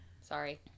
Sorry